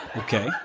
okay